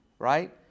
Right